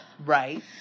Right